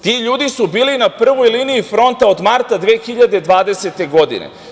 Ti ljudi su bili na prvoj liniji fronta od marta 2020. godine.